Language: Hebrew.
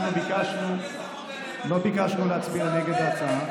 אין נאמנות --- אנחנו לא ביקשנו להצביע נגד ההצעה.